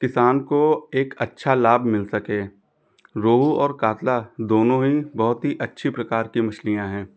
किसान को एक अच्छा लाभ मिल सके रोहू और कातला दोनों ही बहुत ही अच्छी प्रकार की मछलियाँ हैं